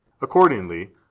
Accordingly